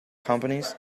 companies